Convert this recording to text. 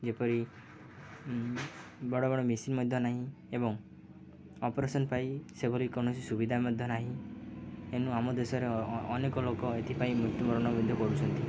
ଯେପରି ବଡ଼ ବଡ଼ ମେସିନ୍ ମଧ୍ୟ ନାହିଁ ଏବଂ ଅପରେସନ୍ ପାଇ ସେଭଳି କୌଣସି ସୁବିଧା ମଧ୍ୟ ନାହିଁ ଏଣୁ ଆମ ଦେଶରେ ଅନେକ ଲୋକ ଏଥିପାଇଁ ମୃତ୍ୟୁବରଣ ମଧ୍ୟ କରୁଛନ୍ତି